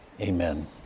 amen